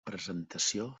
presentació